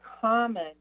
common